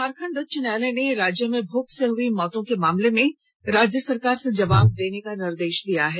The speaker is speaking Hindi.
झारखंड उच्च न्यायालय ने राज्य में भुख से हई मौतों के मामले में राज्य सरकार से जवाब देने का निर्देश दिया है